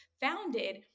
founded